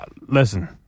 Listen